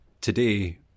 today